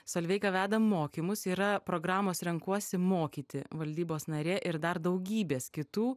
solveiga veda mokymus yra programos renkuosi mokyti valdybos narė ir dar daugybės kitų